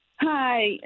Hi